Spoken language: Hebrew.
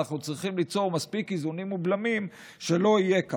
אנחנו צריכים ליצור מספיק איזונים ובלמים שלא יהיה כך,